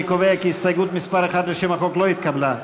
אני קובע כי הסתייגות מס' 1 לשם החוק לא נתקבלה.